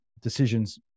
decisions